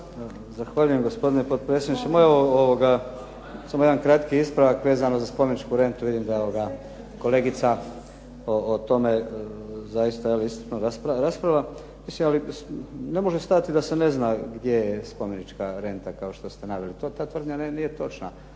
Zahvaljujem gospodine potpredsjedniče. Ma evo, samo jedan kraći ispravak vezano za spomeničku rentu, vidim da kolegica o tome zaista iscrpno raspravlja. Ne može stajati da se ne zna gdje je spomenička renta, kao što ste naveli. Ta tvrdnja nije točna